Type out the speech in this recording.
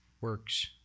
works